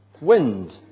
wind